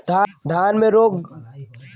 धान में रोग लग गईला पर हमनी के से संपर्क कईल जाई?